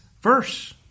verse